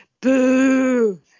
Boo